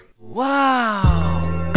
wow